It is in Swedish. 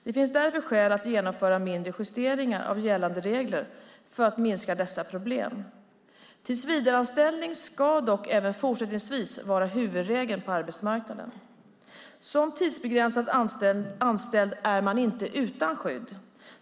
Det finns därför skäl att genomföra mindre justeringar av gällande regler för att minska dessa problem. Tillsvidareanställning ska dock även fortsättningsvis vara huvudregeln på arbetsmarknaden. Som tidsbegränsat anställd är man inte utan skydd.